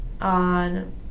on